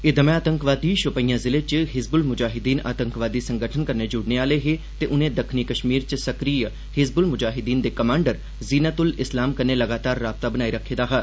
एह् दमै आतंकवादी शोपिया जिले च हिज़बुल मुजाहिद्दीन आतंकवादी संगठन कन्नै जुड़ने आह्ले हे ते उनें दक्खनी कश्मीर च सक्रिय हिजबुल मुजाहिद्दीन दे कमांडर जीनत उल इस्लाम कन्नै लगातार राबता बनाई रक्खे दा हा